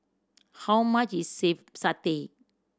how much is satay